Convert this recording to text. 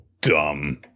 dumb